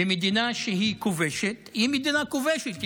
ומדינה שהיא כובשת היא מדינה כובשת,